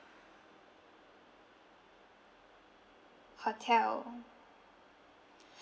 hotel